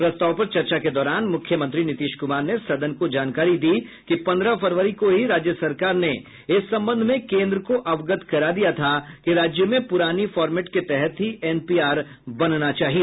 प्रस्ताव पर चर्चा के दौरान मुख्यमंत्री नीतीश कुमार ने सदन को जानकारी दी कि पन्द्रह फरवरी को ही राज्य सरकार ने इस संबंध में केन्द्र को अवगत करा दिया था कि राज्य में पुरानी फार्मेंट के तहत ही एनपीआर बनना चाहिए